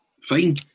fine